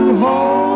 home